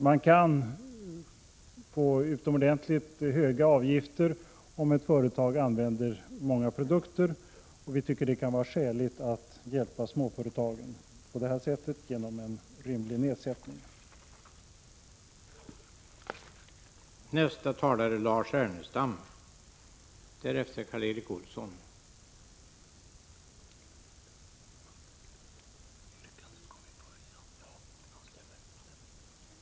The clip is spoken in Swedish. Om ett företag använder många produkter kan det få utomordentligt höga avgifter, och vi tycker att det kan vara skäligt att hjälpa småföretagen genom en rimlig nedsättning av avgiften.